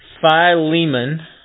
Philemon